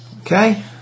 okay